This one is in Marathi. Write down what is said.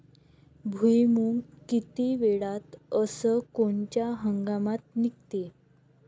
भुईमुंग किती वेळात अस कोनच्या हंगामात निगते?